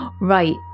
right